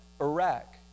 Iraq